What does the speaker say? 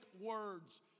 words